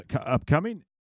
upcoming